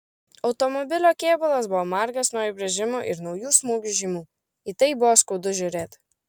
automobilio kėbulas buvo margas nuo įbrėžimų ir naujų smūgių žymių į tai buvo skaudu žiūrėti